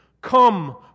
Come